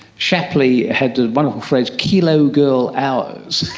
shapley had the wonderful phrase, kilo-girl hours.